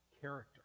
character